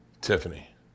Tiffany